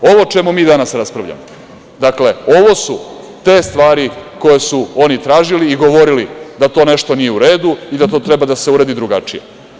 Ovo o čemu mi danas raspravljamo, dakle ovo su te stvari koje su oni tražili i govorili da to nešto nije u redu i da to treba da se uradi drugačije.